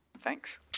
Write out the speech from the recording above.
Thanks